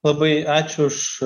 labai ačiū už